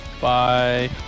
Bye